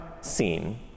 seen